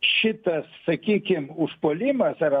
šitas sakykim užpuolimas ar